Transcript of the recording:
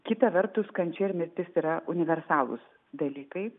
kita vertus kančia ir mirtis yra universalūs dalykai